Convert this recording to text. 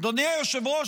אדוני היושב-ראש,